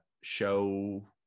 show